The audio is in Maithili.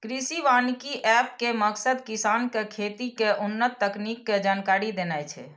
कृषि वानिकी एप के मकसद किसान कें खेती के उन्नत तकनीक के जानकारी देनाय छै